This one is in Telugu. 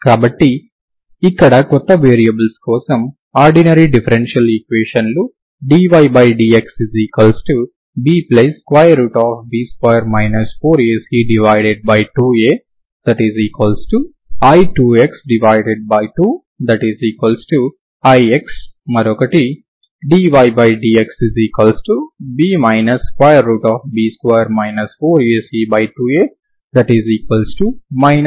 కాబట్టి ఇక్కడ కొత్త వేరియబుల్స్ కోసం ఆర్డినరీ డిఫరెన్షియల్ ఈక్వేషన్ లు dydxBB2 4AC2Ai2x2ix మరియు మరొకటి dydxB B2 4AC2A ix| అవుతాయి